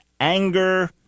anger